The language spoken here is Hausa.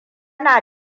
na